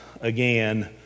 again